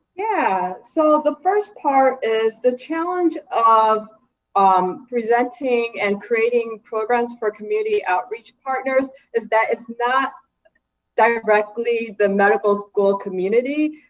yeah, so the first part is the challenge of um presenting and creating programs for community outreach partners is that it's not directly the medical school community.